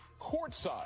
courtside